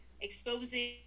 exposing